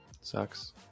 sucks